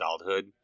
adulthood